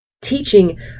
teaching